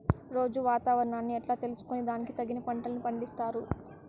రోజూ వాతావరణాన్ని ఎట్లా తెలుసుకొని దానికి తగిన పంటలని పండిస్తారు?